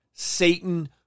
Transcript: Satan